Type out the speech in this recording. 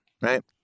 right